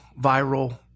viral